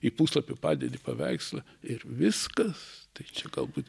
į puslapį padedi paveikslą ir viskas tai čia galbūt